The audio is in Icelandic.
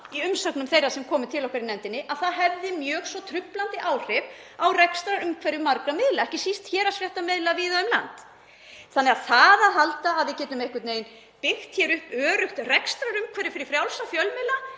í umsögnum þeirra sem komu til okkar í nefndinni að það hefði mjög svo truflandi áhrif á rekstrarumhverfi margra miðla, ekki síst héraðsfréttamiðla víða um land. Ég held því að það sá fásinna að halda að við getum einhvern veginn byggt hér upp öruggt rekstrarumhverfi fyrir frjálsa fjölmiðla